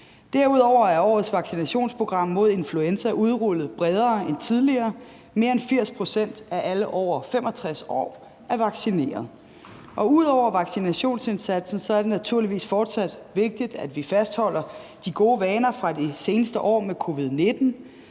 Derudover er årets vaccinationsprogram mod influenza udrullet bredere end tidligere. Mere end 80 pct. af alle over 65 år er vaccineret, og ud over vaccinationsindsatsen er det naturligvis fortsat vigtigt, at vi fastholder de gode vaner fra de seneste år med covid-19.